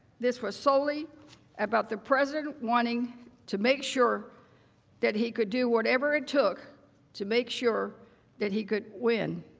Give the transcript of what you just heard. this was solely about the president wanting to make sure that he could do whatever it took to make sure that he could wind